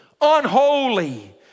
unholy